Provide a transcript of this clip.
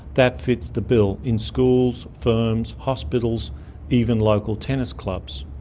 that fits the bill in schools, firms, hospitals even local tennis clubs.